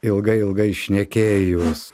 ilgai ilgai šnekėjus